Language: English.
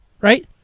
right